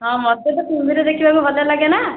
ହଁ ମୋତେ ତ କୁମ୍ଭୀର ଦେଖିବାକୁ ଭଲ ଲାଗେ ନା